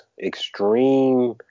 extreme